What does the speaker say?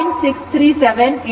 637 ಗರಿಷ್ಠ ಮೌಲ್ಯವಾಗಿರುತ್ತದೆ